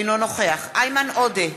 אינו נוכח איימן עודה,